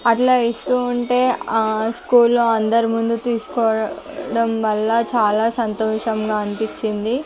అట్లా ఇస్తు ఉంటే ఆ స్కూల్లో అందరి ముందు తీసుకోవడం వల్ల చాలా సంతోషంగా అనిపించింది